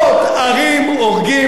הורגים האחד את השני.